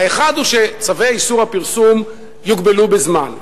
האחד הוא שצווי איסור הפרסום יוגבלו בזמן,